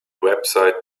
website